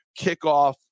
kickoff